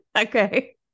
Okay